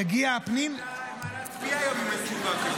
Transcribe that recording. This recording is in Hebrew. יגיע משרד הפנים --- איך נדע מה להצביע אם אין --- כזאת.